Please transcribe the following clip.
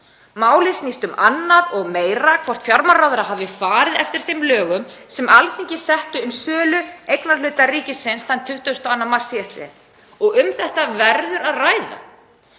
Málið snýst um annað og meira: Hvort fjármálaráðherra hafi farið eftir þeim lögum sem Alþingi setti um sölu eignarhlutar ríkisins þann 22. mars sl. og um þetta verður að ræða.